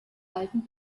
alten